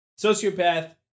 sociopath